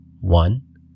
One